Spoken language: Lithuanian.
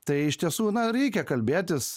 tai iš tiesų reikia kalbėtis